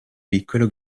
piccolo